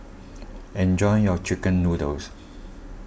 enjoy your Chicken Noodles